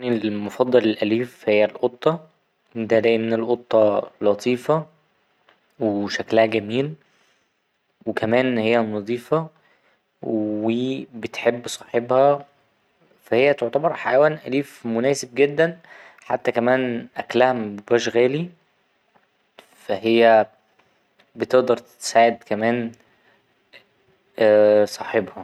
حيواني المفضل الأليف هي القطة دا لأن القطة لطيفة وشكلها جميل وكمان هي نضيفة و بتحب صاحبها فا هي تعتبر حيوان أليف مناسب جدا حتى كمان أكلها مبيبقاش غالي فا هي بتقدر تساعد كمان صاحبها.